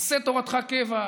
עשה תורתך קבע,